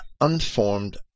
unformed